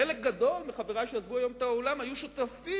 חלק גדול מחברי שעזבו היום את האולם היו שותפים